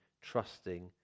trusting